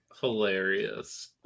hilarious